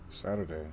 Saturday